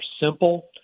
simple